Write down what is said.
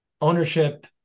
ownership